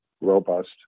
robust